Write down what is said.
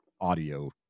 audio